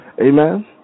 Amen